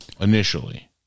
initially